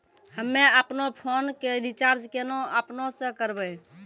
हम्मे आपनौ फोन के रीचार्ज केना आपनौ से करवै?